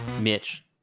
Mitch